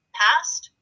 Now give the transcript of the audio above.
past